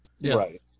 Right